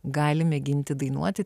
gali mėginti dainuoti